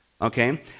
Okay